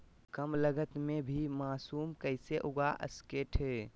कम लगत मे भी मासूम कैसे उगा स्केट है?